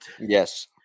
Yes